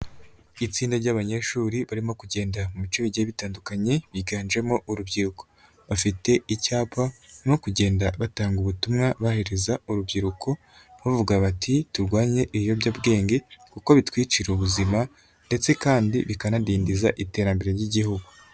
Itsinda ry'abanyeshuri barimo kugenda mu bice bigiye bitandukanye biganjemo urubyiruko, bafite icyapa no kugenda batanga ubutumwa bahereza urubyiruko, bavuga bati, "Turwanye ibiyobyabwenge kuko bitwicira ubuzima ndetse kandi bikanadindiza iterambere ry'igihugu."